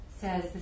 Says